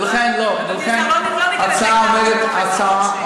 לא ניכנס להתנהגות של פרופ' רוטשטיין.